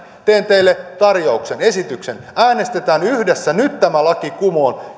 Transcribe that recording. teen teille tarjouksen esityksen äänestetään nyt yhdessä tämä laki kumoon